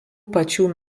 pačių